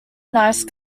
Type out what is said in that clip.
nice